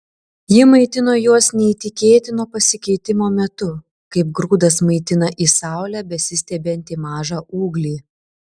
ji maitino juos neįtikėtino pasikeitimo metu kaip grūdas maitina į saulę besistiebiantį mažą ūglį